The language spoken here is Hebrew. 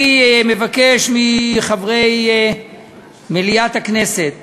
אני מבקש ממליאת הכנסת